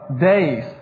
days